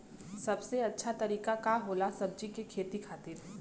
सबसे अच्छा तरीका का होला सब्जी के खेती खातिर?